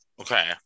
okay